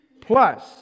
Plus